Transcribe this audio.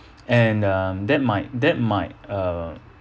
and um that might that might uh